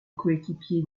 coéquipier